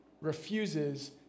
refuses